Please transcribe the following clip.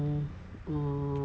um